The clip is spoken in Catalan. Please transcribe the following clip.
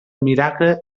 miracle